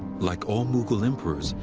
like all mughal emperors,